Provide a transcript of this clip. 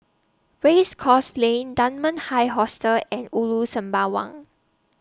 Race Course Lane Dunman High Hostel and Ulu Sembawang